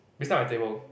beside my table